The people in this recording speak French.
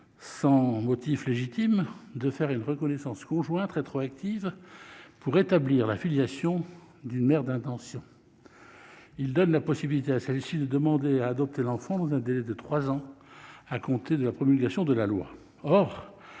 sans motif légitime » de faire une reconnaissance conjointe rétroactive pour établir la filiation de la mère d'intention. Il donne la possibilité à celle-ci de demander à adopter l'enfant dans un délai de trois ans à compter de la promulgation de la loi.